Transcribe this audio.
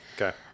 Okay